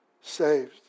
saved